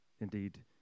indeed